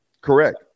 Correct